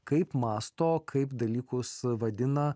kaip mąsto kaip dalykus vadina